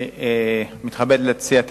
התש"ע 2009, קריאה ראשונה.